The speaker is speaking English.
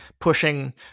pushing